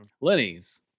Lenny's